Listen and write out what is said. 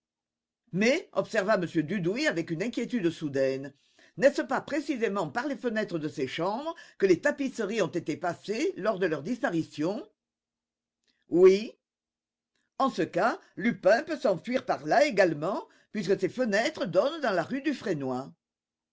mais observa m dudouis avec une inquiétude soudaine n'est-ce pas précisément par les fenêtres de ces chambres que les tapisseries ont été passées lors de leur disparition oui en ce cas lupin peut s'enfuir par là également puisque ces fenêtres donnent dans la rue